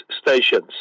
stations